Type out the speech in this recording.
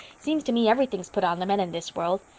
seems to me everything's put on the men in this world.